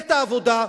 את העבודה.